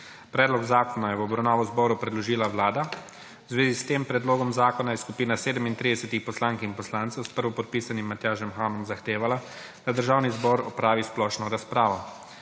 Predlog zakona je v obravnavo zboru predložila Vlada. V zvezi s tem predlogom zakona je skupina 37 poslank in poslancev s prvopodpisanim Matjažem Hanom zahtevala, da Državni zbor opravi splošno razpravo.